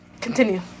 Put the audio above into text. Continue